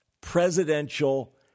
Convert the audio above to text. presidential